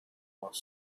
was